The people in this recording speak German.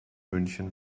münchen